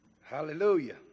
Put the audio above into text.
Hallelujah